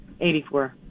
84